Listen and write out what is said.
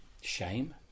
shame